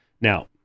Now